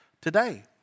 today